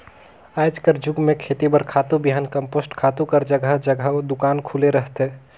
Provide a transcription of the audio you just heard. आएज कर जुग में खेती बर खातू, बीहन, कम्पोस्ट खातू कर जगहा जगहा दोकान खुले रहथे